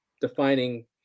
defining